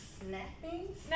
snapping